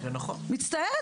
מצטערת,